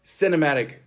cinematic